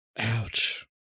Ouch